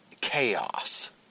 chaos